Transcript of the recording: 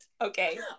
Okay